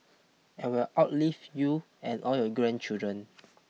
and will outlive you and all your grandchildren